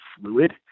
fluid